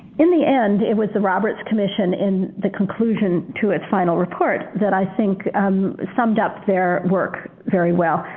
in the end it was the roberts commission in the conclusion to its final report that i think summed up their work very well.